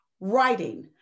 writing